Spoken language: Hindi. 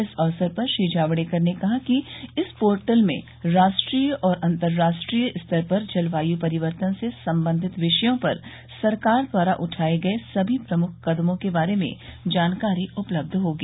इस अवसर पर श्री जावड़ेकर ने कहा कि इस पोर्टल में राष्ट्रीय और अंतराष्ट्रीय स्तर पर जलवायू परिवर्तन से संबंधित विषयों पर सरकार द्वारा उठाये गये सभी प्रमुख कदमों के बारे में जानकारी उपलब्ध होगी